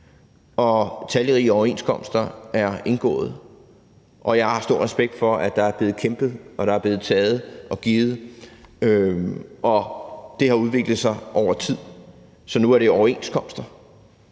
og talrige overenskomster er indgået. Og jeg har stor respekt for, at der er blevet kæmpet og der er blevet taget og givet, og det har udviklet sig over tid. Så nu er det overenskomster,